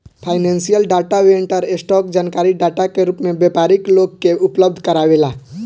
financial data vendor, stock जानकारी data के रूप में व्यापारी लोग के उपलब्ध कारावेला